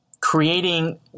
creating